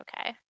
Okay